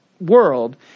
world